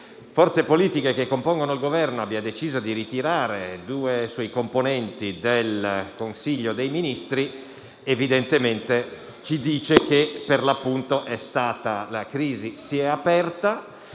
forze politiche che sostengono il Governo abbia deciso di ritirare due suoi componenti dal Consiglio dei Ministri evidentemente ci dice che, per l'appunto, la crisi si è aperta.